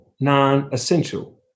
non-essential